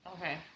Okay